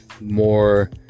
more